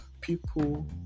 people